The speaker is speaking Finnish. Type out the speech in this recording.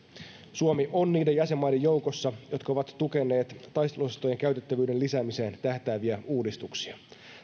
suomi on niiden jäsenmaiden joukossa jotka ovat tukeneet taisteluosastojen käytettävyyden lisäämiseen tähtääviä uudistuksia